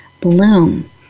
bloom